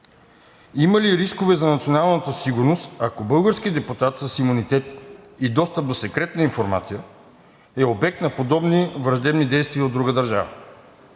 Има ли рискове за националната сигурност, ако български депутат с имунитет и достъп до секретна информация, е обект на подобни враждебни действия от друга държава?